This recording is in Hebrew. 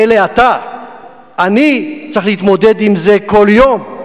מילא אתה, אני צריך להתמודד עם זה כל יום,